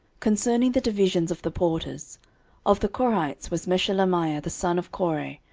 concerning the divisions of the porters of the korhites was meshelemiah the son of kore,